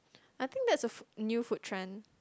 I think that's a food new food trend